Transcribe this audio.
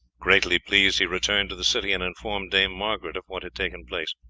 greatly pleased, he returned to the city and informed dame margaret of what had taken place.